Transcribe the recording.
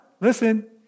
listen